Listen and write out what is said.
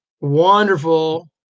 wonderful